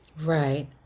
Right